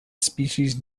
species